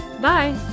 Bye